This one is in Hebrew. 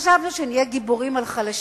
חשבנו שנהיה גיבורים על חלשים.